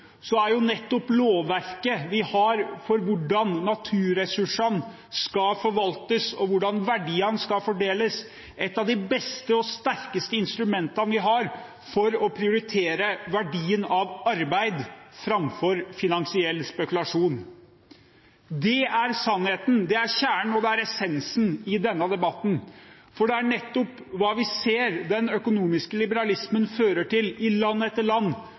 er lovverket vi har for hvordan naturressursene skal forvaltes, og hvordan verdiene skal fordeles, et av de beste og sterkeste instrumentene vi har for å prioritere verdien av arbeid framfor finansiell spekulasjon. Det er sannheten, det er kjernen, og det er essensen i denne debatten. For vi ser hva den økonomiske liberalismen fører til i land etter land,